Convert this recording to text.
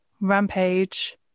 rampage